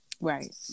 right